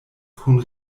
kun